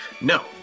No